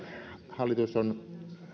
hallitus on